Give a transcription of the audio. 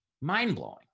Mind-blowing